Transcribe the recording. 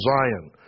Zion